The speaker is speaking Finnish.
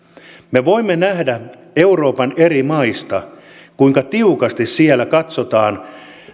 me voimme nähdä euroopan eri maista kuinka tiukasti siellä katsotaan